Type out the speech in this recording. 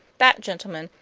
that, gentlemen,